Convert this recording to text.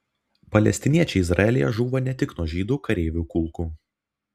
palestiniečiai izraelyje žūva ne tik nuo žydų kareivių kulkų